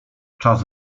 czas